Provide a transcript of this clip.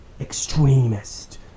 extremist